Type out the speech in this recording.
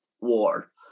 war